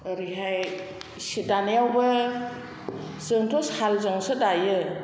ओरैहाय सि दानायावबो जोंथ' साल जोंसो दायो